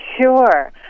Sure